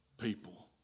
people